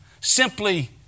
simply